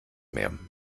mehr